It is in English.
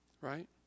right